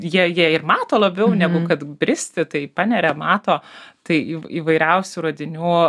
jie jie ir mato labiau negu kad bristi tai paneria mato tai įv įvairiausių radinių